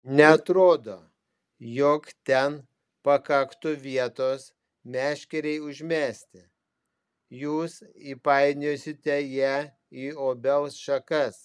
neatrodo jog ten pakaktų vietos meškerei užmesti jūs įpainiosite ją į obels šakas